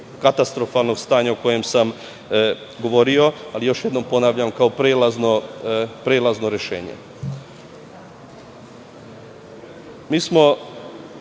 katastrofalnog stanja o kojem sam govorio, ali još jednom ponavljam – kao prelazno rešenje. Mi